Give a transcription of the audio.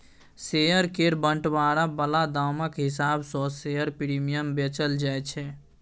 share केर बंटवारा बला दामक हिसाब सँ शेयर प्रीमियम बेचल जाय छै